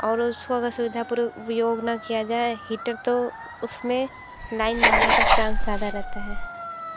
और उस को अगर सुविधापूर्वक उपयोग ना किया जाए हीटर तो उस में लाइन मारने का चांस ज़्यादा रहता है